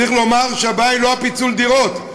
צריך לומר שהבעיה היא לא פיצול הדירות.